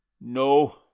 No